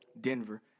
Denver